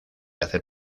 hacer